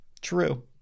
true